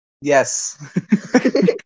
Yes